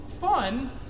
fun